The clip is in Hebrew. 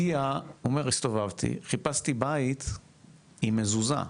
הסתובבתי וחיפשתי בית עם מזוזה,